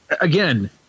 again